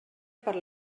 per